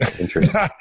Interesting